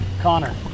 Connor